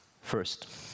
First